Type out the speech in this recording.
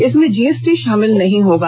इसमें जीएसटी शामिल नहीं होगा